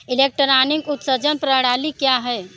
electronic उत्सर्जन प्रणाली क्या है